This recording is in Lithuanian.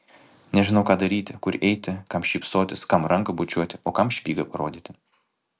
nežinau ką daryti kur eiti kam šypsotis kam ranką bučiuoti o kam špygą parodyti